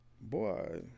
Boy